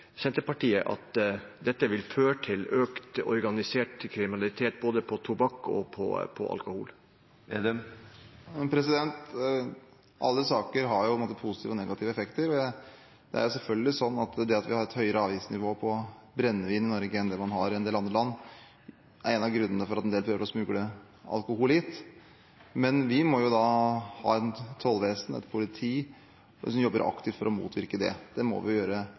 Senterpartiet at dette vil føre til økt organisert kriminalitet både når det gjelder tobakk og alkohol? Alle saker har både positive og negative effekter, og det er selvfølgelig slik at det at vi har et høyere avgiftsnivå på brennevin i Norge enn det man har i en del andre land, er en av grunnene til at en del prøver å smugle alkohol hit. Men vi må jo da ha et tollvesen og et politi som jobber aktivt for å motvirke det – det må vi gjøre